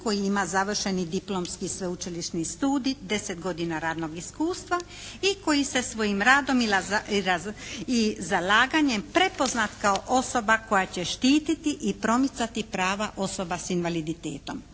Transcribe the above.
koji ima završeni diplomski sveučilišni studij, 10 godina radnog iskustva i koji sa svojim radom i zalaganjem prepoznat kao osoba koje će štititi i promicati prava osoba s invaliditetom.